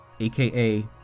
aka